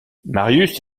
marius